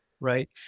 right